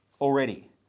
already